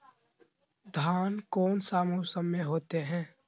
धान कौन सा मौसम में होते है?